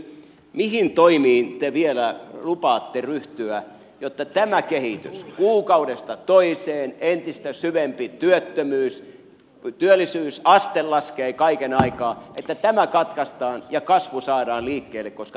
mihin toimiin te vielä lupaatte ryhtyä jotta tämä kehitys kuukaudesta toiseen entistä syvempi työttömyys työllisyysaste laskee kaiken aikaa katkaistaan ja kasvu saadaan liikkeelle koska ilman kasvua suomi ei tästä nouse